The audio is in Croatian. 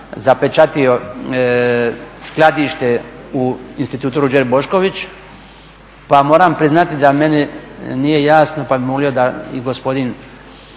zapečatio skladište u Institutu Ruđer Bošković, pa moram priznati da meni nije jasno pa bih molio da i gospodin